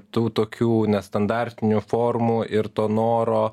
tų tokių nestandartinių formų ir to noro